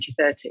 2030